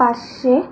पाचशे